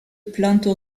plantes